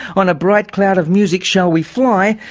on a bright cloud of music shall we fly?